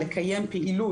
לקיים פעילות,